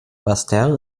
basseterre